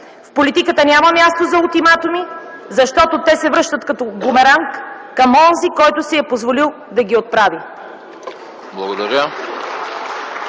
В политиката няма място за ултиматуми, защото те се връщат като бумеранг към онзи, който си е позволил да ги отправи!